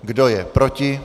Kdo je proti?